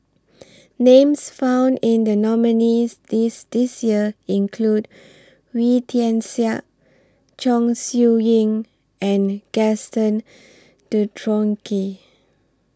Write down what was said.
Names found in The nominees' list This Year include Wee Tian Siak Chong Siew Ying and Gaston Dutronquoy